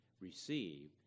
receive